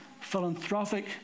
philanthropic